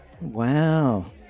Wow